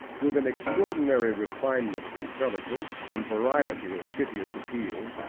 with an extraordinary refinement of intelligence and variety of piteous appeal,